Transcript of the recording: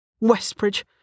Westbridge